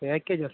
package